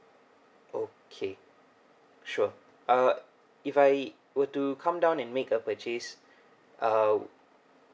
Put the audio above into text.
okay sure uh if I were to come down and make a purchase uh